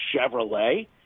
Chevrolet